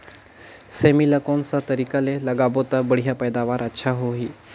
सेमी ला कोन सा तरीका ले लगाबो ता बढ़िया पैदावार अच्छा होही?